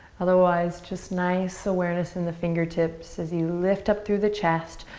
otherwise, just nice awareness in the fingertips as you lift up through the chest.